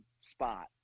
spot